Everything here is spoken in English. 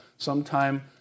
Sometime